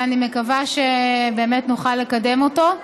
ואני מקווה שנוכל לקדם אותו.